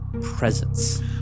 presence